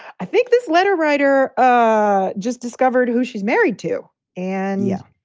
i think this letter writer ah just discovered who she's married to and yeah.